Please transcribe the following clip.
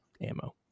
ammo